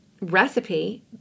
recipe